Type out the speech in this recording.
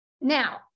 Now